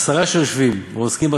עשרה שיושבין ועוסקין בתורה,